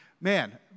man